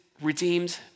redeemed